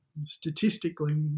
statistically